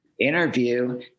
interview